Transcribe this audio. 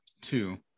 two